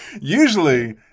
Usually